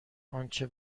آنچه